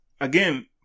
again